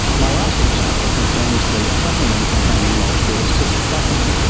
my last example concerns the platinum-containing molecule cis-platin,